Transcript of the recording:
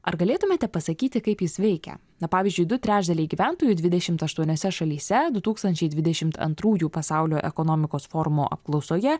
ar galėtumėte pasakyti kaip jis veikia na pavyzdžiui du trečdaliai gyventojų dvidešimt aštuoniose šalyse du tūkstančiai dvidešimt antrųjų pasaulio ekonomikos forumo apklausoje